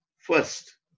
First